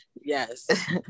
Yes